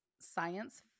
science